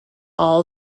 all